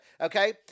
Okay